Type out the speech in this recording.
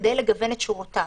כדי לגוון את שורותיו.